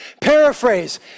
Paraphrase